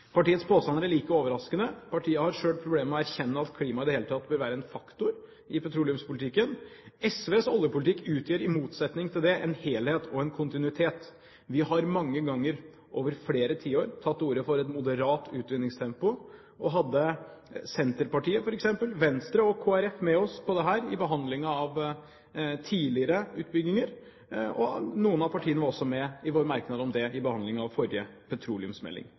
Partiets påstander er lite overraskende. Partiet har selv problemer med å erkjenne at klima i det hele tatt bør være en faktor i petroleumspolitikken. SVs oljepolitikk utgjør, i motsetning til det, en helhet og en kontinuitet. Vi har mange ganger, over flere tiår, tatt til orde for et moderat utvinningstempo, og hadde f.eks. Senterpartiet, Venstre og Kristelig Folkeparti med oss på dette i behandlingen av tidligere utbygginger, og noen av partiene var også med i våre merknader om det i forbindelse med forrige petroleumsmelding.